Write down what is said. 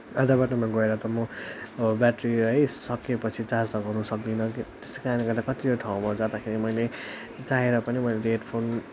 आधाबाटोमा गएर त म अब ब्याट्री है सकिएपछि है चार्ज लगाउनु सक्दिनँ त्यसै कारणले गर्दा कतिवटा ठाउँमा जाँदाखेरि मैले चाहेर पनि मैले हेडफोन